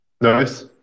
Nice